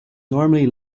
normally